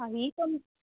હા એ તો